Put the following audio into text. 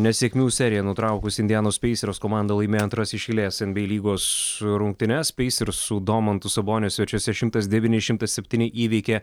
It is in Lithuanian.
nesėkmių seriją nutraukusi indianos peisers komanda laimėjo antras iš eilės nba lygos rungtynes peisers su domantu saboniu svečiuose šimtas devyni šimtas septyni įveikė